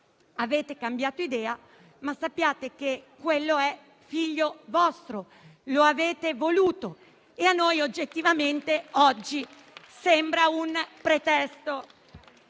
Avete cambiato idea, ma sappiate che quella norma è figlia vostra, la avete voluta, e a noi oggettivamente oggi il vostro sembra un pretesto.